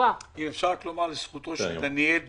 אם אפשר רק לומר לזכותו של דניאל פדון,